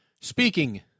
Speaking